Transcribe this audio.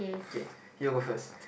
okay you go first